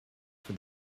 for